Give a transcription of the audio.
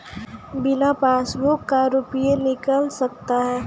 बिना पासबुक का रुपये निकल सकता हैं?